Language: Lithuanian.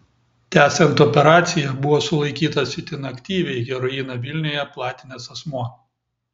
tęsiant operaciją buvo sulaikytas itin aktyviai heroiną vilniuje platinęs asmuo